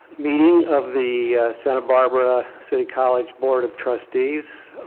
meeting of the santa barbara city college board of trustees.